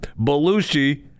Belushi